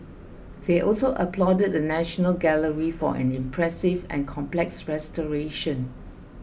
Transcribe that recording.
they also applauded the National Gallery for an impressive and complex restoration